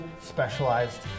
specialized